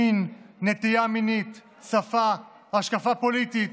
מין, נטייה מינית, שפה, השקפה פוליטית,